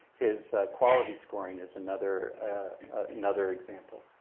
his quality scoring is another another example.